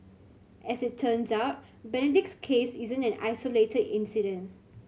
as it turns out Benedict's case isn't an isolated incident